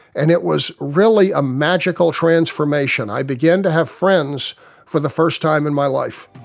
and it was really a magical transformation. i began to have friends for the first time in my life.